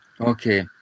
Okay